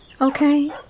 okay